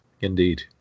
indeed